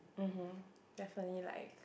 (uh huh) definitely like